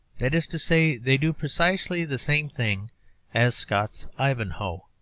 that is to say, they do precisely the same thing as scott's ivanhoe,